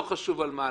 לא חשוב על מה,